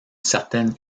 certaine